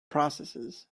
processes